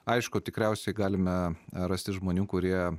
aišku tikriausiai galime rasti žmonių kurie